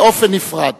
באופן נפרד